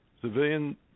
civilian